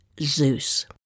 Zeus